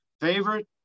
favorite